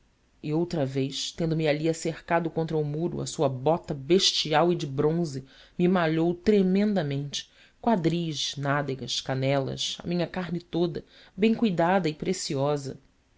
e outra vez tendo-me ali acercado contra o muro a sua bota bestial e de bronze me malhou tremendamente quadris nádegas canelas a minha carne toda bem cuidada e preciosa